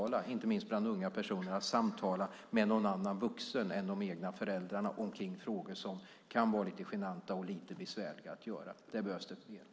Det gäller inte minst plattformar för unga personer där de kan samtala med någon annan vuxen än de egna föräldrarna omkring frågor som kan vara lite genanta och lite besvärliga att prata om. Det behövs fler sådana.